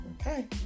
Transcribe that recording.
Okay